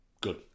Good